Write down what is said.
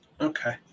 Okay